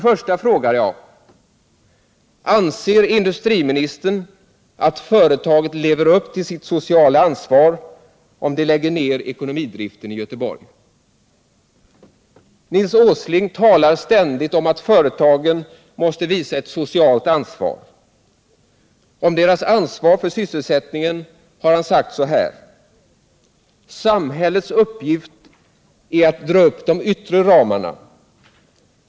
Först frågade jag: Anser industriministern att företaget lever upp till sitt sociala ansvar om det lägger ned ekonomidriften i Göteborg? Nils Åsling talar ständigt om att företagen måste visa ett socialt ansvar. Om deras ansvar för sysselsättningen har han sagt så här: ”Samhällets uppgift är att dra upp de yttre ramarna.